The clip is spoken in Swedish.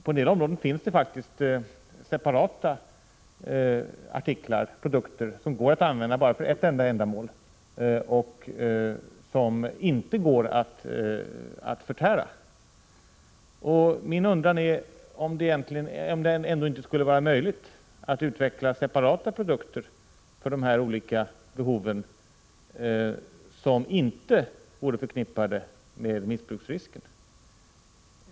På en del områden finns det faktiskt separata produkter som går att använda för ett enda ändamål men som inte går att förtära. Jag undrar om det ändå inte skulle vara möjligt att utveckla separata produkter för de olika behov som inte är förknippade med missbruksrisken.